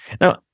Now